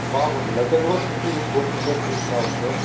బాగుంది లగేజ్ కూడా సేఫ్టీగా తీసుకుని పోవచ్చు సేఫ్టీగా తీసుకుని రావచ్చు